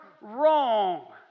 wrong